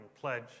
pledge